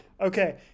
okay